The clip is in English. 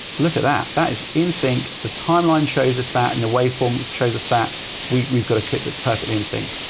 look at that. that is in sync. the timeline shows us that in the wave form shows us that we've we've got a clip that's perfectly in sync.